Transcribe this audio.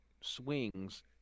swings